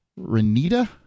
Renita